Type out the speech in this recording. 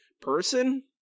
person